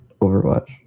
Overwatch